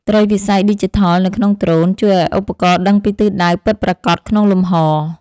ត្រីវិស័យឌីជីថលនៅក្នុងដ្រូន ជួយឱ្យឧបករណ៍ដឹងពីទិសដៅពិតប្រាកដក្នុងលំហ។